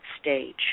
stage